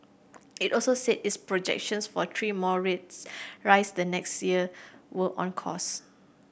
it also said its projections for three more rates rise the next year were on course